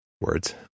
words